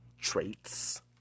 traits